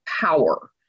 power